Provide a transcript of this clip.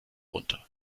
runter